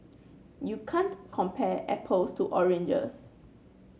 you can't compare apples to oranges